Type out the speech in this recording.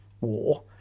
war